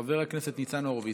חבר הכנסת ניצן הורוביץ,